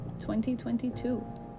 2022